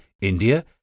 India